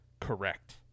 correct